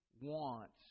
wants